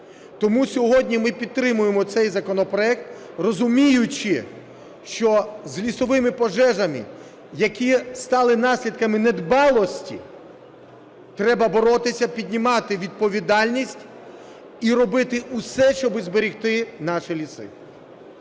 Тому сьогодні ми підтримуємо цей законопроект, розуміючи, що з лісовими пожежами, які стали наслідками недбалості, треба боротися, піднімати відповідальність і робити все, щоб зберегти наші ліси.